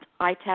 itap